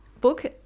Book